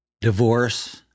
divorce